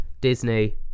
Disney